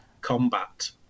combat